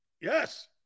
yes